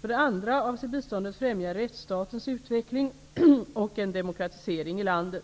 För det andra avser biståndet främja rättsstatens utveckling och en demokratisering i landet.